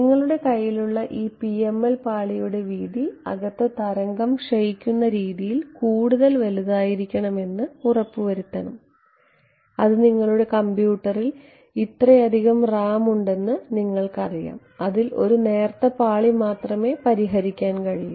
നിങ്ങളുടെ കൈയിലുള്ള ഈ PML പാളിയുടെ വീതി അകത്ത് തരംഗം ക്ഷയിക്കുന്ന രീതിയിൽ കൂടുതൽ വലുതായിരിക്കണം എന്ന് ഉറപ്പുവരുത്തേണ്ടതുണ്ട് അത് നിങ്ങളുടെ കമ്പ്യൂട്ടറിൽ ഇത്രയധികം റാം ഉണ്ടെന്ന് നിങ്ങൾക്കറിയാം അതിൽ നിങ്ങൾക്ക് ഒരു നേർത്ത പാളി മാത്രമേ പരിഹരിക്കാൻ കഴിയൂ